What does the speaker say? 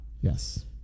Yes